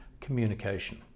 Communication